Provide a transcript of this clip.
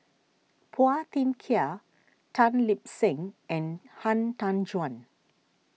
Phua Thin Kiay Tan Lip Seng and Han Tan Juan